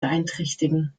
beeinträchtigen